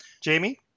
Jamie